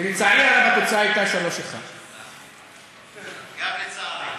לצערי הרב, התוצאה הייתה 3:1. גם לצערי.